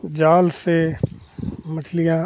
जाल से मछलियाँ